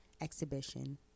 Exhibition